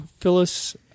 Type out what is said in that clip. Phyllis